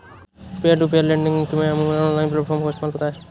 peer to peer lending में अमूमन online platform का इस्तेमाल होता है